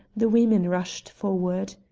the women rushed forward.